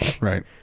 Right